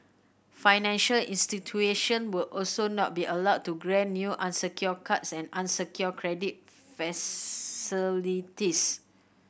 financial institution will also not be allowed to grant new unsecured cards and unsecured credit facilities